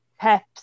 Pep's